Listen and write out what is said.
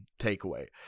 takeaway